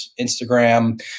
Instagram